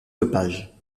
dopage